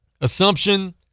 Assumption